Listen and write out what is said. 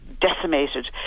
Decimated